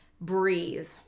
breathe